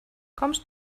kommst